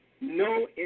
no